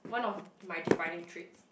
one of my defining traits